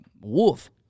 wolf